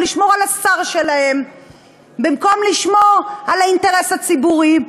לשמור על השר שלהם במקום לשמור על האינטרס הציבורי,